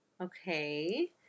Okay